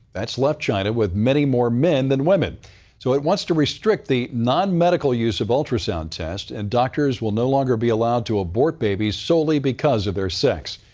that's left china with many more men than women. so it wants to restrict the nonmedical use of ultrasound tests, and doctors will no longer be allowed to abort babies solely because of their sex.